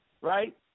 right